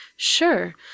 Sure